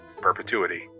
Perpetuity